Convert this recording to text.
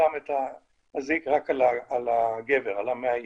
שם את האזיק רק על הגבר, על המאיים.